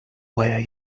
where